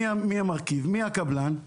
מי המרכיב ומי הקבלן.